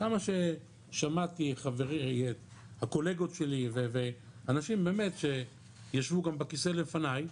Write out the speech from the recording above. כמה ששמעתי את הקולגות שלי ואנשים באמת שישבו גם בכיסא לפני,